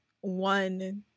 one